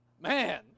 man